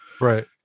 Right